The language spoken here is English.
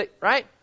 Right